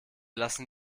lassen